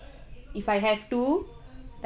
if I have to